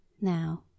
Now